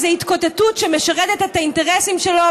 איזו התקוטטות שמשרתת את האינטרסים שלו,